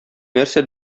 нәрсә